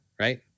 Right